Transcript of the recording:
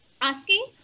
Asking